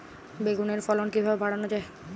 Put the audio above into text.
বেগুনের ফলন কিভাবে বাড়ানো যায়?